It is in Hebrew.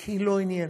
כי לא עניין.